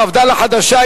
מפד"ל החדשה,